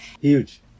Huge